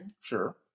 Sure